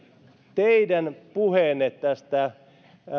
teidän puheenne tästä